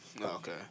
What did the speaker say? Okay